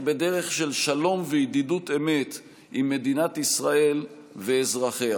בדרך של שלום וידידות אמת עם מדינת ישראל ואזרחיה.